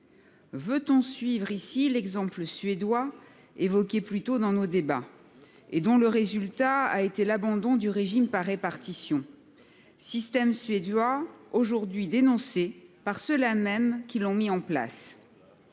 Veut-on suivre ici l'exemple suédois évoqué plus tôt dans nos débats et dont le résultat a été l'abandon du régime par répartition ? Le système suédois est aujourd'hui dénoncé par ceux-là mêmes qui l'ont mis en place.